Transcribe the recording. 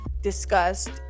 discussed